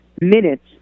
minutes